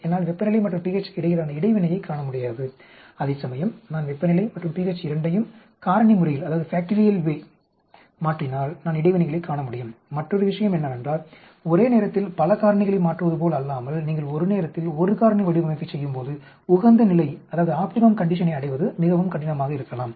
என்னால் வெப்பநிலை மற்றும் pH க்கு இடையிலான இடைவினையை காண முடியாது அதேசமயம் நான் வெப்பநிலை மற்றும் pH இரண்டையும் காரணி முறையில் மாற்றினால் நான் இடைவினைகளைக் காண முடியும் மற்றொரு விஷயம் என்னவென்றால் ஒரே நேரத்தில் பல காரணிகளை மாற்றுவதுபோல் அல்லாமல் நீங்கள் ஒரு நேரத்தில் ஒரு காரணி வடிவமைப்பை செய்யும்போது உகந்த நிலையை அடைவது மிகவும் கடினமாக இருக்கலாம்